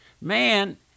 Man